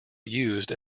used